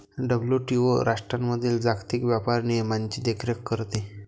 WTO राष्ट्रांमधील जागतिक व्यापार नियमांची देखरेख करते